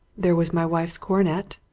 there was my wife's coronet,